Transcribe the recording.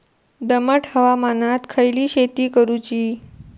दमट हवामानात खयली शेती करूची?